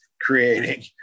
creating